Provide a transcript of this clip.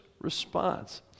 response